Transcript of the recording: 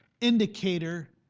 indicator